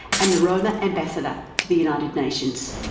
and the roma ambassador to the united nations.